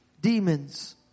Demons